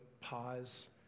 pause